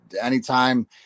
anytime